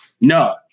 No